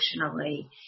emotionally